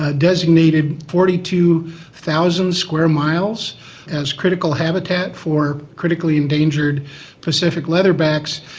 ah designated forty two thousand square miles as critical habitat for critically endangered pacific leatherbacks,